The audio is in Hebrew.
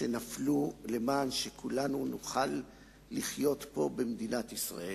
שנפלו כדי שכולנו נוכל לחיות פה במדינת ישראל.